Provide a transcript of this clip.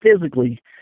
physically